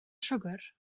siwgr